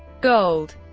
gold